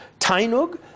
Tainug